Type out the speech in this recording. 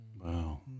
Wow